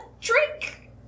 drink